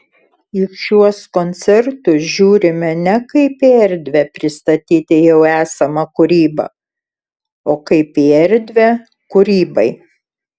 į šiuos koncertus žiūrime ne kaip į erdvę pristatyti jau esamą kūrybą o kaip į erdvę kūrybai